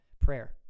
prayer